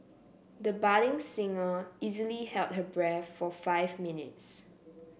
the budding singer easily held her breath for five minutes